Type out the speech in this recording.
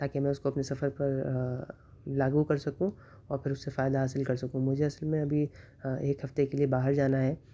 تاکہ میں اس کو اپنے سفر پر لاگو کر سکوں اور پھر اس سے فائدہ حاصل کر سکوں مجھے اصل میں ابھی ایک ہفتے کے لیے باہر جانا ہے